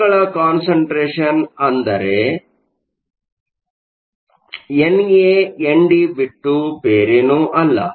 ಹೋಲ್ಗಳ ಕಾನ್ಸಂಟ್ರೇಷನ್ ಅಂದರೇ N A N D ಬಿಟ್ಟು ಬೇರೆನೂ ಅಲ್ಲ